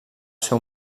seu